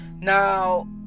Now